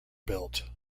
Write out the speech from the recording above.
built